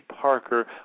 Parker